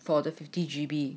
for the fifty G_B